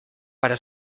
para